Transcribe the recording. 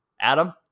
Adam